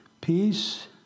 peace